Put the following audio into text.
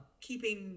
keeping